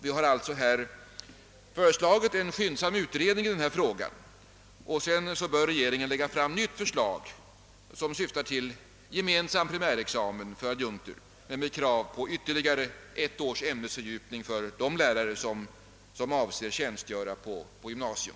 Vi har därför föreslagit en skyndsam utredning i denna fråga, varefter regeringen bör framlägga ett nytt förslag, som syftar till gemensam primärexamen för adjunkter men med krav på ytterligare ett års ämnesfördjupning för de lärare som avser tjänstgöra på gymnasium.